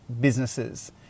businesses